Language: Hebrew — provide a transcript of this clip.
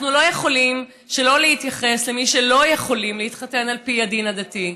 אנחנו לא יכולים שלא להתייחס למי שלא יכולים להתחתן על פי הדין הדתי,